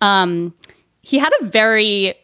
um he had a very